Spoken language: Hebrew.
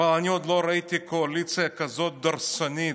אבל אני עוד לא ראיתי קואליציה כזאת דורסנית,